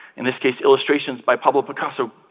in this case, illustrations by pablo picasso,